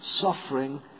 suffering